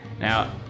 Now